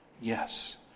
Yes